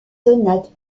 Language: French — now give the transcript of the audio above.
sonates